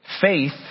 Faith